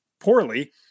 poorly